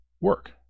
work